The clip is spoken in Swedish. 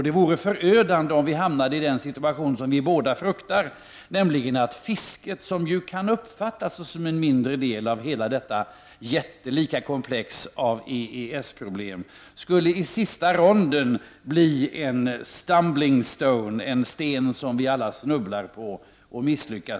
Det vore förödande om vi hamnade i den situation som vi båda fruktar, nämligen att fisket — som kan uppfattas som en mindre del av hela detta jättelika komplex av EES-problem — i sista ronden skulle bli en ”stumbling stone”, dvs. en sten som vi alla snubblar på.